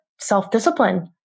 self-discipline